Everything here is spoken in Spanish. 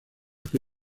que